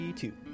two